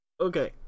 Okay